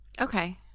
Okay